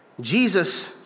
Jesus